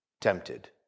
tempted